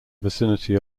vicinity